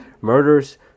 murders